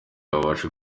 babashe